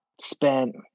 spent